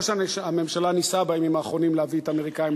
ראש הממשלה ניסה בימים האחרונים להביא את האמריקנים